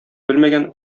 белмәгән